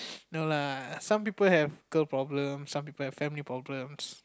no lah some people have girl problem some people have family problems